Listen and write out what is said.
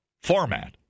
format